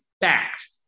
fact